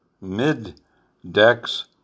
mid-decks